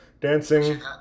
Dancing